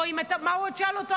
מה עוד הוא שאל אותו?